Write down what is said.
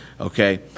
okay